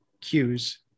cues